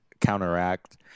counteract